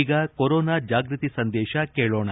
ಈಗ ಕೊರೊನಾ ಜಾಗೃತಿ ಸಂದೇಶ ಕೇಳೋಣ